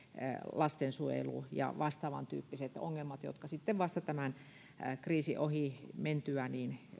lastensuojelusta ja vastaavantyyppisistä ongelmista jotka sitten vasta tämän kriisin ohi mentyä